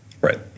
Right